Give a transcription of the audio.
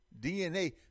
DNA